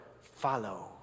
follow